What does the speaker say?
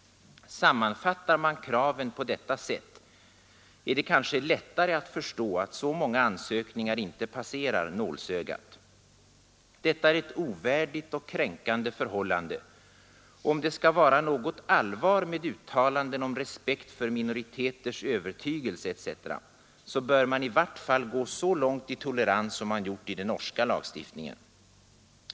Sammanfattar man kraven på detta sätt är det kanske lättare att förstå att så många ansökningar inte passerar nålsögat. Detta är ett ovärdigt och kränkande förhållande, och om det skall vara något allvar med uttalanden om respekt för minoriteters övertygelse etc., så bör man i vart fall gå så långt i tolerans som man gjort i den norska lagstiftningen.